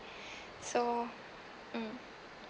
so mm